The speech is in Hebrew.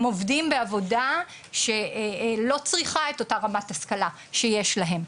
הם עובדים בעבודה שלא צריכה את אותה רמת השכלה שיש להם.